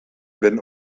wenn